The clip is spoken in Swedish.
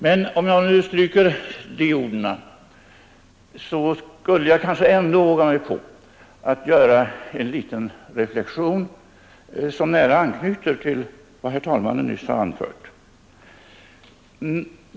Men om jag nu stryker de orden, skulle jag kanske ändå våga mig på att göra en liten reflexion, som nära anknyter till vad herr talmannen nyss anfört.